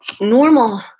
normal